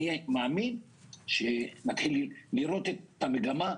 אני מאמין שנתחיל לראות את המגמה,